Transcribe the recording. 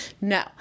No